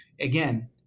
again